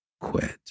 quit